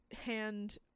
hand